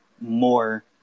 more